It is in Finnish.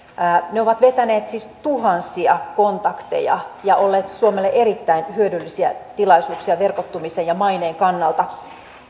ne ovat vetäneet siis tuhansia kontakteja ja olleet suomelle erittäin hyödyllisiä tilaisuuksia verkottumisen ja maineen kannalta